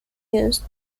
used